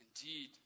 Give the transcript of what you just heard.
indeed